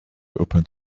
open